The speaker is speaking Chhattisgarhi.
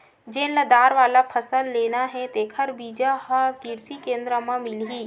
जेन ल दार वाला फसल लेना हे तेखर बीजा ह किरसी केंद्र म मिलही